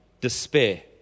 despair